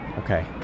Okay